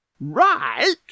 Right